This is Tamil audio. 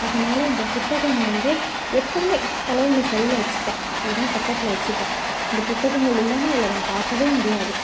அதனால இந்த புத்தகம் வந்து எப்போதுமே தலையணைக்கு அடியில் வச்சுப்பா இல்லைனா பக்கத்தில் வச்சுப்பா இந்த புத்தகங்கள் இல்லாமல் அவளை நான் பார்க்கவே முடியாது